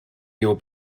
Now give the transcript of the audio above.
you’ll